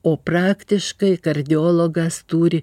o praktiškai kardiologas turi